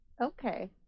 okay